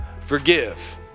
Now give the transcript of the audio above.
Forgive